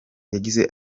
yagize